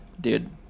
Dude